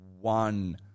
one